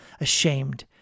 ashamed